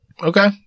Okay